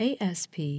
ASP